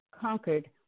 conquered